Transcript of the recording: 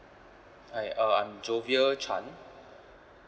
hi uh I'm jovia chan